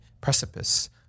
precipice